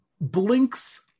blinks